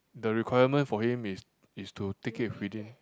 the requirement for him is is to take it within